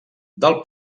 del